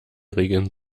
regeln